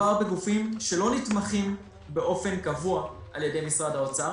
מדובר בגופים שלא נתמכים באופן קבוע על ידי משרד האוצר,